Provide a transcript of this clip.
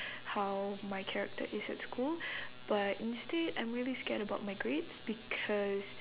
how my character is at school but instead I'm really scared about my grades because